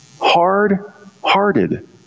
hard-hearted